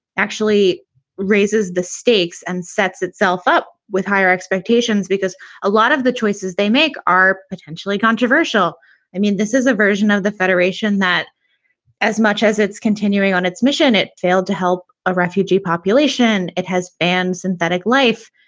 actually raises the stakes and sets itself up with higher expectations because a lot of the choices they make are potentially. controversial i mean, this is a version of the federation that as much as it's continuing on its mission, it failed to help a refugee population. it has and synthetic life.